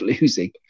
losing